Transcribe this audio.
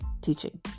teaching